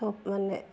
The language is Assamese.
সব মানে